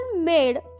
made